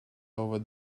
over